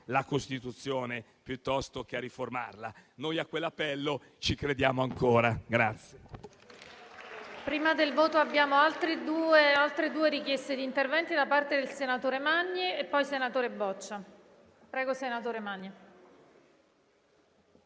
la Costituzione piuttosto che a riformarla. Noi a quell'appello ci crediamo ancora.